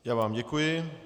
Já vám děkuji.